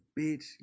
bitch